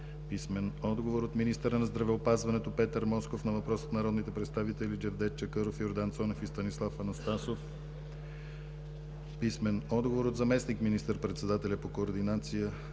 писмен отговор от министъра на здравеопазването Петър Москов на въпрос от народните представители Джевдет Чакъров, Йордан Цонев и Станислав Анастасов; - писмен отговор от заместник министър-председателя по координация